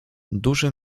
duże